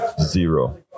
Zero